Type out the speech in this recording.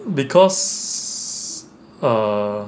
ya because err